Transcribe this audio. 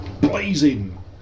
Blazing